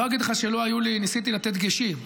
אני לא אגיד לך שלא היו לי, ניסיתי לתת דגשים.